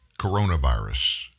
coronavirus